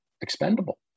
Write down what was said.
expendable